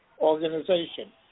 organization